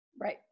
Right